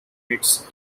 its